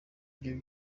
ibyo